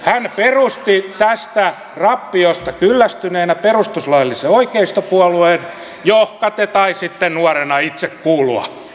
hän perusti tästä rappiosta kyllästyneenä perustuslaillisen oikeistopuolueen johonka te taisitte nuorena itse kuulua